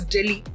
Delhi